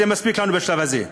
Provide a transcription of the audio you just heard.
זה מספיק לנו בשלב הזה.